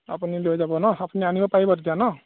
আপুনি লৈ যাব ন আপুনি আনিব পাৰিব তেতিয়া ন